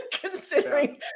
considering